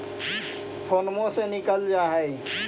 फोनवो से निकल जा है?